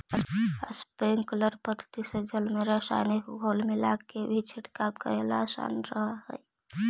sprinkler पद्धति से जल में रसायनिक घोल मिलाके भी छिड़काव करेला आसान रहऽ हइ